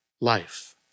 life